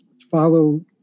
follow